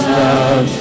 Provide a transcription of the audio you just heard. love